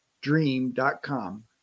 dream.com